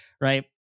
Right